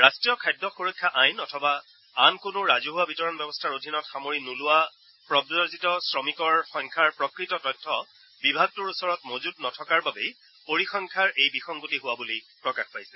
ৰাষ্ট্ৰীয় খাদ্য সুৰক্ষা আইন অথবা আন কোনো ৰাজহুৱা বিতৰণ ব্যৱস্থাৰ অধীনত সামৰি নোলোৱা প্ৰৱজিত শ্ৰমিকৰ সংখ্যাৰ প্ৰকৃত তথ্য বিভাগটোৰ ওচৰত মজূত নথকাৰ বাবে পৰিসংখ্যাৰ এই বিসংগতি হোৱা বুলি প্ৰকাশ পাইছে